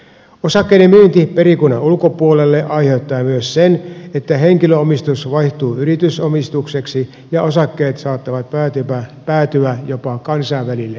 osakkeiden myynti perikunnan ulkopuolelle aiheuttaa myös sen että henkilöomistus vaihtuu yritysomistukseksi ja osakkeet saattavat päätyä jopa kansainvälisille sijoittajille